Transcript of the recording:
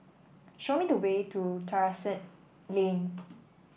show me the way to Terrasse Lane